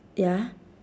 ya